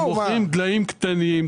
אנחנו מוכרים דליים קטנים,